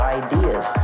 ideas